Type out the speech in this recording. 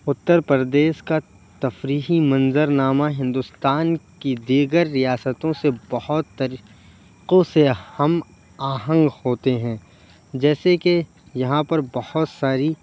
اُتر پردیش کا تفریحی منظرنامہ ہندوستان کی دیگر ریاستوں سے بہت طریقوں سے ہم آہنگ ہوتے ہیں جیسے کہ یہاں پر بہت ساری